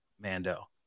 Mando